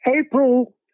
April